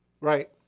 Right